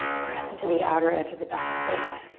press into the outer edge of the back foot.